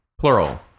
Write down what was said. plural